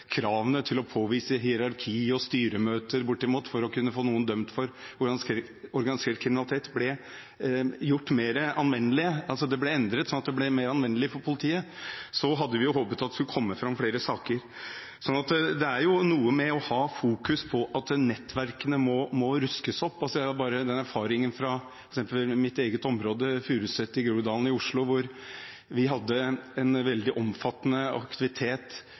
kravene – til å påvise hierarki og styremøter, bortimot – for å kunne få noen dømt for organisert kriminalitet ble gjort mer anvendelige for politiet, hadde vi jo håpet at det skulle komme fram flere saker. Så det er noe med å ha fokus på at det må røskes opp i nettverkene. Ta bare erfaringen fra mitt eget område, Furuset i Groruddalen i Oslo, hvor vi hadde en veldig omfattende aktivitet